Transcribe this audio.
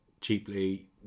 cheaply